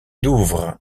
douvres